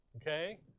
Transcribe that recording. Okay